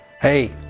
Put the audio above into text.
Hey